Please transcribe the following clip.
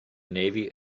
navy